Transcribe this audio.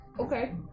Okay